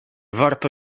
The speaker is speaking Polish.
warto